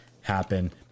happen